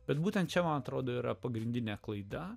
bet būtent čia man atrodo yra pagrindinė klaida